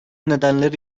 nedenleri